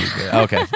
Okay